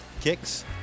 Kicks